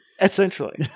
Essentially